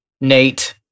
Nate